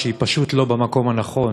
שהיא פשוט לא במקום הנכון.